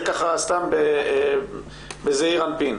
זה סתם בזעיר אנפין.